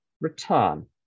return